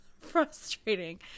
frustrating